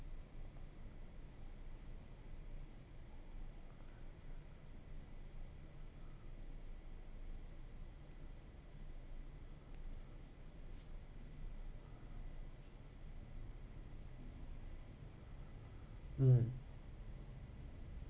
mm